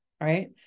Right